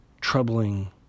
troubling